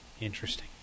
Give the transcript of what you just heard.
Interesting